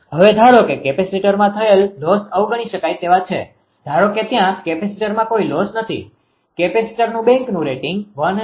હવે ધારે કે કેપેસિટરમાં થયેલ લોસ અવગણી શકાય તેવા છે ધારો કે ત્યાં કેપેસીટરમાં કોઈ લોસ નથી કેપેસિટર બેંકનું રેટિંગ 168